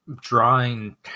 drawing